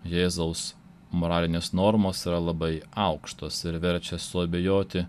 jėzaus moralinės normos yra labai aukštos ir verčia suabejoti